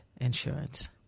insurance